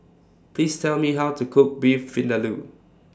Please Tell Me How to Cook Beef Vindaloo